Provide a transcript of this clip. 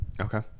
Okay